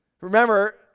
Remember